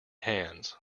hands